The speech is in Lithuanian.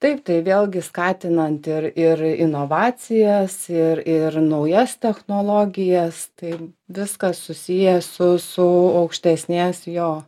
taip tai vėlgi skatinant ir ir inovacijas ir ir naujas technologijas tai viskas susiję su su aukštesnės jo